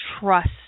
trust